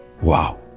Wow